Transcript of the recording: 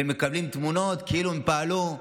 חברת הסעות, ומקבלים תמונות כאילו הם פעלו.